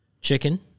chicken